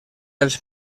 els